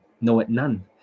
know-it-none